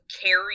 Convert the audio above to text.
carry